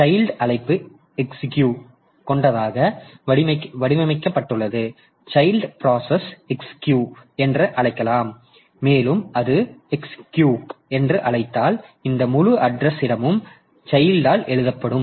எனவே சைல்ட் அழைப்பு exec கொண்டதாக வடிவமைக்கப்பட்டுள்ளது சைல்ட் பிராசஸ் exec என்று அழைக்கலாம் மேலும் அது எக்ஸிக் என்று அழைத்தால் இந்த முழு அட்ரஸ் இடமும் சைல்ட்யால் எழுதப்படும்